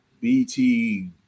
BT